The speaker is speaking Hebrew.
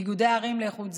איגודי ערים לאיכות הסביבה,